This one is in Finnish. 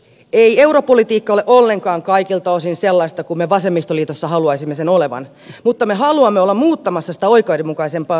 ei europolitiikka ole ollenkaan kaikilta osin sellaista kuin me vasemmistoliitossa haluaisimme sen olevan mutta me haluamme olla muuttamassa sitä oikeudenmukaisempaan suuntaan